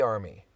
Army